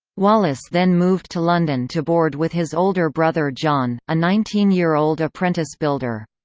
wallace then moved to london to board with his older brother john, a nineteen year old apprentice builder.